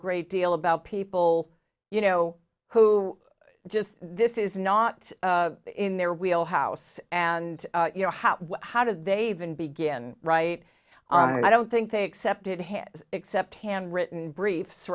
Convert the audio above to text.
great deal about people you know who just this is not in their wheel house and you know how how did they even begin right i don't think they accepted head except hand written briefs